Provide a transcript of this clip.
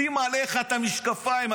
שים עליך את המשקפיים,